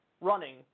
running